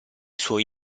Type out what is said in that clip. suoi